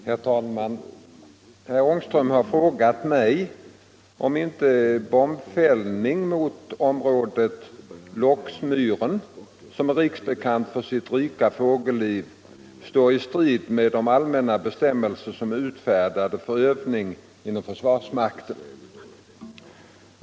Herr talman! Herr Ångström har frågat mig om inte bombfällning mot området Lycksmyren, som är riksbekant för sitt rika fågelliv, står i strid med de allmänna bestämmelser som är utfärdade för övningar inom försvarsmakten.